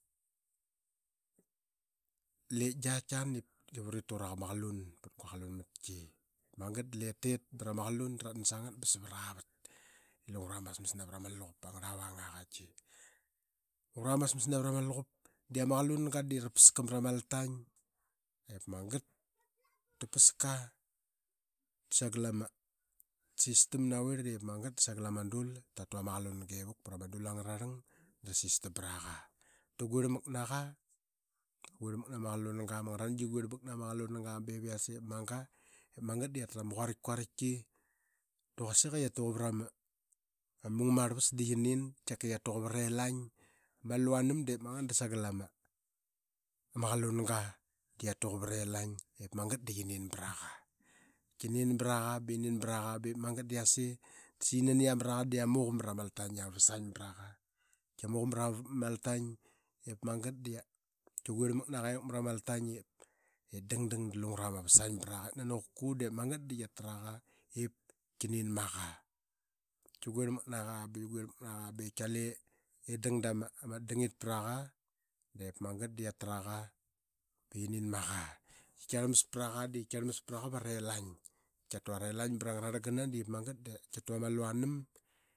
Lep giatk qian urit tira qa ma qalun prura qalun matki. Dep magat dlip tit brama qalun draran snagat ba savara vat i lungra masmmas navrama luqup angra vanga. Qaitki. Lungra ma smas navrama luqup de ama qalunga de ra paska mrama itaing de magat da rapska da sagal ama, tasis tam navirl sagal ama dul dratu ama qalunga ivuk prama dularlvas dra guir mak naqa. Ama ngrnangi qi guirlmak nama qalunga bevi yase ama manga da qia trama quaritkuaritki. Da quasik i qiatuqa vram mungam arlvas da yani, qaitkika qiatuqa varelain ama luvanam de magat da sagal ama qalung da qiatuqa varelain ip magat da qinin braqa. Qinin braqa, ba qinin braqa be magat da yase da saiqi nani qiamraqa da qiamu qa mrama. Hain i ama vasain braqa. Qi amu qa mra maltain da qi guirl mak naqa imak mrama altain i dang dang diungra ma vasain braqa. I naninqaka de magat de qiatraqa ip qinin maqa. Qi guirl mak naqa, ba qi guirl mak naqa be tkiale dang dama at dangit prqa de magat da qi atraqa ba qinin maqa. Qi tkarlmass praqa da qitkurl mas praqa de varelain. Qiatu arelain prangrarlang gana de magat da qi atu ama lavanam.